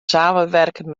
samenwerken